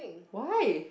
why